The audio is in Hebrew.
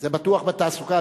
זה בטוח בתעסוקה.